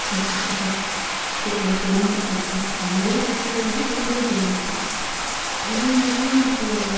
கற்றுபோம் கற்த்துப்போம் தெரிஞ்சிப்போம் கத் அந்த அளவு கற்றுக்களானாலும் ஓரளவு தெரிஞ்சுப்போம் அதே மாதிரி இப்போ